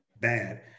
bad